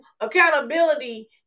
accountability